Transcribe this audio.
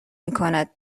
میکند